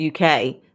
uk